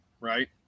right